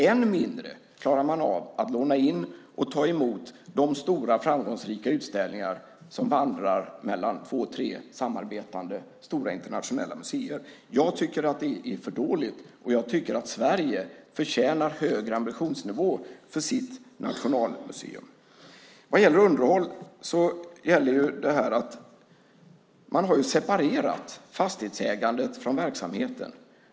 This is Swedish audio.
Ännu mindre klarar man av att låna in och ta emot de stora framgångsrika utställningar som vandrar mellan två tre samarbetande stora internationella museer. Jag tycker att det är för dåligt, och jag tycker att Sverige förtjänar en högre ambitionsnivå för sitt nationalmuseum. När det gäller underhåll har man separerat fastighetsägandet från verksamheten.